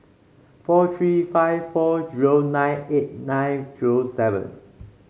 four three five four zero nine eight nine zero seven